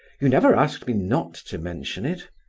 you never asked me not to mention it.